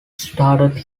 started